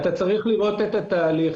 צריך לראות את התהליך.